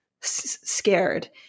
scared